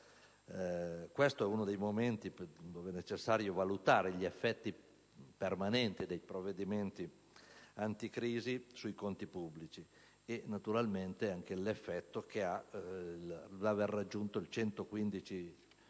Questo è uno dei momenti in cui è necessario valutare gli effetti permanenti dei provvedimenti anticrisi sui conti pubblici e, naturalmente, anche l'effetto del raggiungimento del 115 per